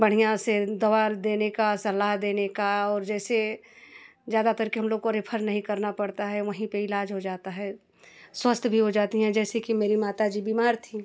बढ़िया से दवा देने का सलाह देने का और जैसे ज़्यादातर के हम लोग को रेफ़र नहीं करना पड़ता है वहीं पर इलाज़ हो जाता है स्वस्थ भी हो जाती हैं जैसे कि मेरी माता जी बीमार थीं